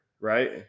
right